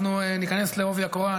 אנחנו ניכנס בעובי הקורה,